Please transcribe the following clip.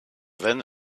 then